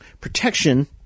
protection